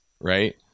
right